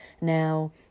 now